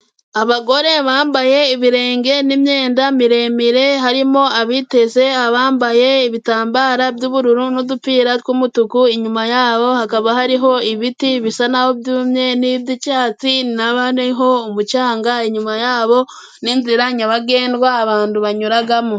Abagore bambaye ibirenge n'imyenda miremire, harimo abiteze, abambaye ibitambara by'ubururu n'udupira tw'umutuku, inyuma yabo hakaba hariho ibiti bisa n'aho byumye n'iby'icyatsi na bariho umucanga inyuma yabo, n'inzira nyabagendwa abantu banyuramo.